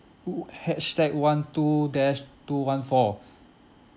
h~ hashtag one two dash two one four